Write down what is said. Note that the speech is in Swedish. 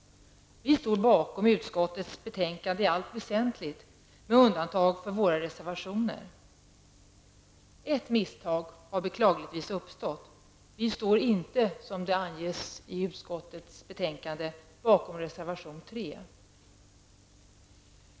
Vi står bakom utskottets betänkande i allt väsentligt, med undantag för våra reservationer. Ett misstag har beklagligtvis uppstått. Vi står inte, som det anges i utskottets betänkande, bakom reservation 3.